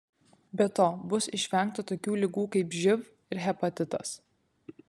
be to bus išvengta tokių ligų kaip živ ir hepatitas